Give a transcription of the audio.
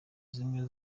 zimwe